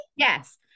Yes